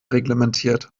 reglementiert